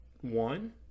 one